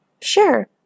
Sure